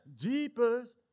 Jeepers